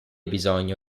bisogno